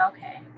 Okay